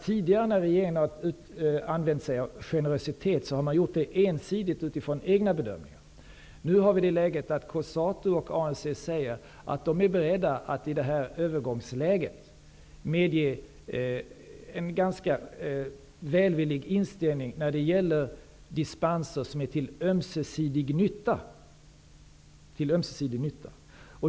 Tidigare när regeringen har visat generositet har man gjort det ensidigt, utifrån regeringens egen bedömning. Nu säger Cosatu och ANC att man i det här övergångsläget är beredd till en ganska välvillig inställning till dispenser som är till ömsesidig nytta.